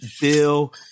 Bill